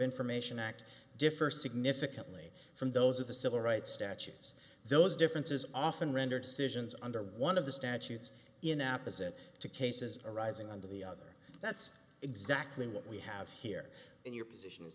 information act differ significantly from those of the civil rights statutes those differences often render decisions under one of the statutes in apas it to cases arising under the other that's exactly what we have here and your position is